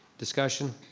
discussion,